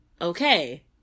Okay